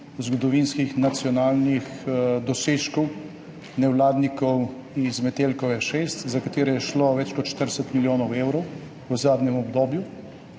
zgodovinskih nacionalnih dosežkov nevladnikov z Metelkove 6, za katere je šlo več kot 40 milijonov evrov v zadnjem obdobju,